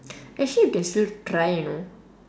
actually you can still try you know